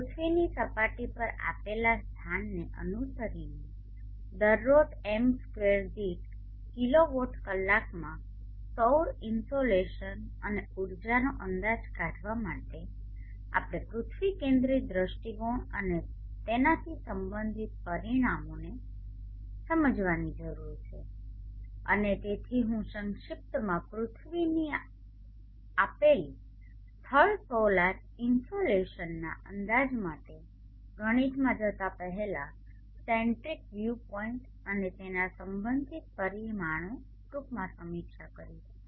પૃથ્વીની સપાટી પર આપેલા સ્થાનને અનુસરીને દરરોજ M2 દીઠ કિલોવોટ કલાકમાં સૌર ઇન્સોલેશન અને ઉર્જાનો અંદાજ કાઢવા માટે આપણે પૃથ્વી કેન્દ્રિત દૃષ્ટિકોણ અને તેનાથી સંબંધિત પરિમાણોને સમજવાની જરૂર છે અને તેથી હું સંક્ષિપ્તમાં પૃથ્વીની આપેલ સ્થળે સોલર ઇન્સોલેશનના અંદાજ માટે ગણિતમાં જતા પહેલા સેન્ટ્રિક વ્યૂ પોઇન્ટ અને તેના સંબંધિત પરિમાણો ટૂંકમાં સમીક્ષા કરીશ